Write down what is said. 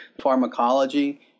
pharmacology